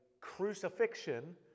crucifixion